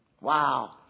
Wow